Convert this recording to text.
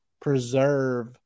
preserve